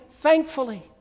thankfully